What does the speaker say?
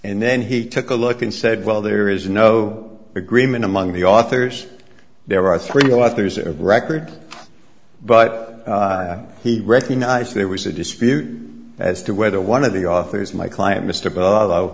and then he took a look and said well there is no agreement among the authors there are three a lot there's a record but he recognized there was a dispute as to whether one of the authors my client mr barlow